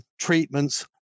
Treatments